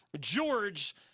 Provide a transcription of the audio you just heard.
George